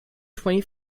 twenty